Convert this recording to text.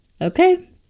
Okay